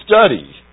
study